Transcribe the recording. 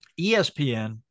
ESPN